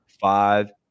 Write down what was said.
five